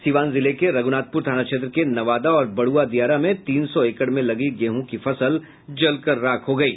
सीवान जिले के रघ्नाथप्र थाना क्षेत्र के नवादा और बड्आ दियारा में तीन सौ एकड़ में लगी गेहूं की फसल जलकर राख हो गयी